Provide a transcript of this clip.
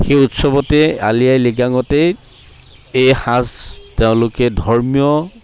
সেই উৎসৱতে আলি আই লৃগাঙতেই এই সাঁজ তেওঁলোকে ধৰ্মীয়